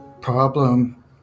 problem